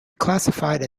classified